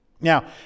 Now